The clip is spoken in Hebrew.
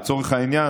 לצורך העניין,